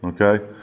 Okay